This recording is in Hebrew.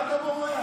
מה אתה בורח?